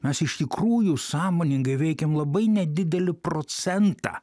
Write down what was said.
nors iš tikrųjų sąmoningai veikėm labai nedidelį procentą